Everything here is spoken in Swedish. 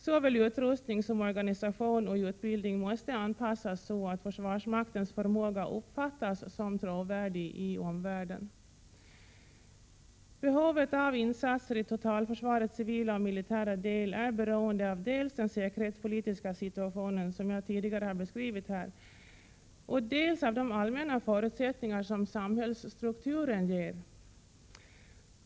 Såväl utrustning som organisation och utbildning måste anpassas så att försvarsmaktens förmåga uppfattas som trovärdig i omvärlden. Behovet av insatser i totalförsvarets civila och militära del är beroende av dels den säkerhetspolitiska situationen, som jag tidigare har beskrivit här, dels de allmänna förutsättningar som samhällsstrukturen ger.